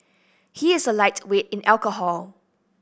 he is a lightweight in alcohol